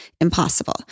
impossible